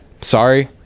Sorry